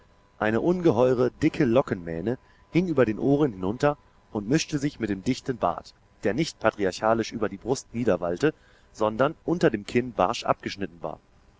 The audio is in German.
eine ungeheure dicke lockenmähne hing über den ohren hinunter und mischte sich mit dem dichten bart der nicht patriarchalisch über die brust niederwallte sondern unter dem kinn barsch abgeschnitten war